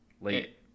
late